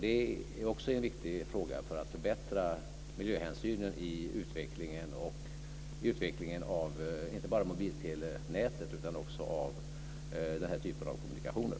Det är också en viktig fråga för att förbättra miljöhänsynen vid utvecklingen av inte bara mobiltelenätet utan också av denna typ av kommunikationer.